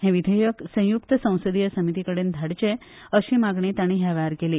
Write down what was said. हे विधेयक संयुक्त संसदीय समितीकडेन धाडचे अशींय मागणी तांणी ह्या वेळार केली